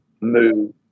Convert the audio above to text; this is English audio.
move